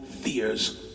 fears